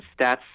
Stats